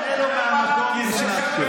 תענה לו מהמקום אם הוא מאפשר.